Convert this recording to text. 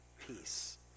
peace